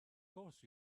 course